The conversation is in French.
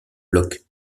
bloc